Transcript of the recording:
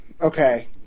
Okay